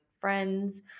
friends